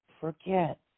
forget